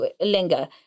linger